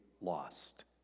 lost